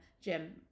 gym